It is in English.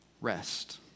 rest